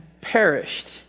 perished